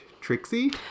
Trixie